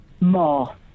More